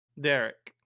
Derek